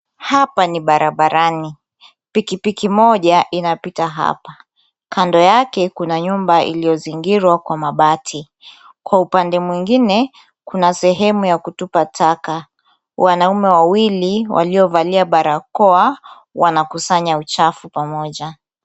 Hapa ni barabarani, pikipiki moja inapita hapa kando yake kuna nyumba iliyozingirwa kwa mabati. Kwa upande mwingine kuna sehemu ya kutupa taka. Wanaume wawili waliovalia barakoa wanakusanya uchafu pamoja.